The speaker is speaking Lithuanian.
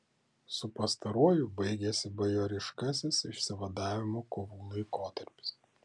su pastaruoju baigėsi bajoriškasis išsivadavimo kovų laikotarpis